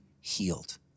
healed